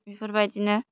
बेफोरबायदिनो